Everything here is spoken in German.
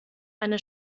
eine